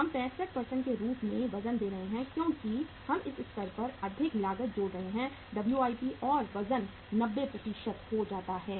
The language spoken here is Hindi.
हम 65 के रूप में वजन दे रहे हैं क्योंकि हम इस स्तर पर अधिक लागत जोड़ रहे हैं WIP और वजन 90 हो जाता है